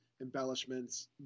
embellishments